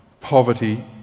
poverty